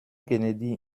kennedy